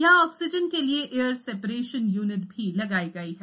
यहाँ ऑक्सीजन के लिए एयर सेपरेशन यूनिट भी लगाई गई है